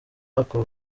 aka